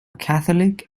catholic